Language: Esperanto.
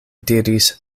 diris